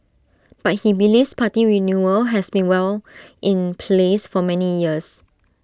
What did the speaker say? but he believes party renewal has been well in place for many years